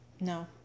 No